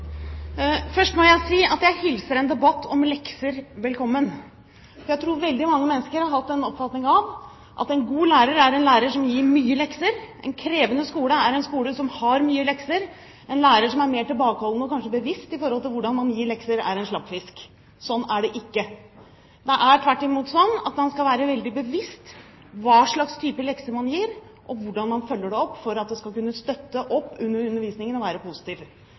Først må jeg si at jeg hilser en debatt om lekser velkommen. Jeg tror veldig mange mennesker har hatt en oppfatning av at en god lærer er en lærer som gir mye lekser, en krevende skole er en skole som har mye lekser, og en lærer som er mer tilbakeholden og kanskje bevisst i forhold til hvordan man gir lekser, er en slappfisk. Slik er det ikke. Det er tvert imot slik at man skal være veldig bevisst på hva slags type lekser man gir og hvordan man følger dem opp, for at det skal kunne støtte opp under undervisningen og være